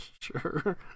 Sure